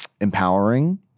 empowering